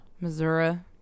Missouri